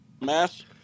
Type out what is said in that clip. Mass